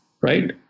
Right